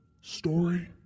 story